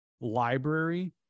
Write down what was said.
library